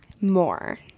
More